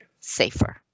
safer